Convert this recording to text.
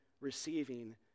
receiving